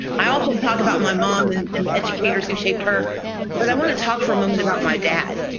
i often talk about my mom and and the educators who shaped her but i want to talk for a moment about my dad.